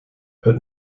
het